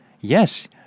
Yes